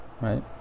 right